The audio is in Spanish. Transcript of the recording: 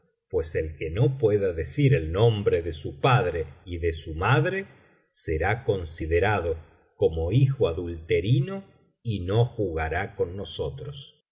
pues el que no pueda decir el nombre de su padre y de su madre será considerado corno hijo adulterino y no jugará con nosotros